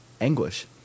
anguish